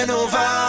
over